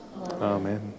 Amen